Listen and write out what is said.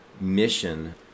mission